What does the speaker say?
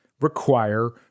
require